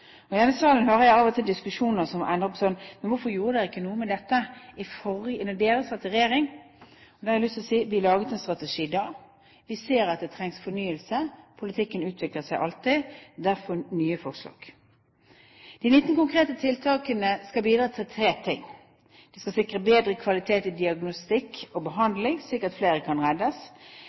dokumentet. I denne salen har vi av og til diskusjoner som ender opp slik: Men hvorfor gjorde dere ikke noe med dette da dere satt i regjering? Da har jeg lyst til å si at vi laget en strategi da, og vi ser at det trengs fornyelse. Politikken utvikler seg alltid, derfor disse nye forslagene. De 19 konkrete tiltakene skal bidra til tre ting: De skal sikre bedre kvalitet i diagnostikk og behandling slik at flere kan reddes,